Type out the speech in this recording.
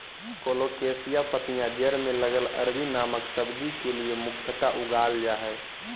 colocasia पत्तियां जड़ में लगल अरबी नामक सब्जी के लिए मुख्यतः उगाल जा हइ